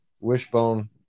Wishbone